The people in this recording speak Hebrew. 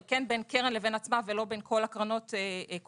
היא כן בין קרן לבין עצמה ולא בין הקרנות כולן,